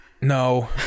No